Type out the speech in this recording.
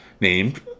named